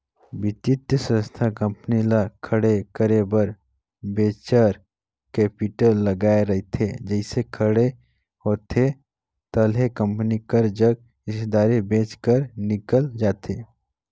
बित्तीय संस्था कंपनी ल खड़े करे बर वेंचर कैपिटल लगाए रहिथे जइसे खड़े होथे ताहले कंपनी कर जग हिस्सादारी बेंच कर निकल जाथे